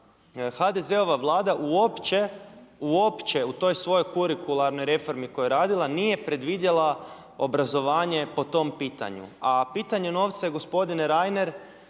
HDZ-ova Vlada uopće u toj svojoj kurikularnoj reformi koju je radila nije predvidjela obrazovanje po tom pitanju. A pitanje novca je gospodine Reiner